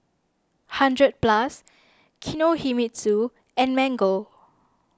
hundred Plus Kinohimitsu and Mango